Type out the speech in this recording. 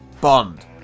Bond